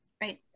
Right